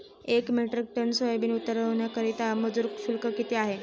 एक metric ton soybean उतरवण्याकरता मजूर शुल्क किती आहे?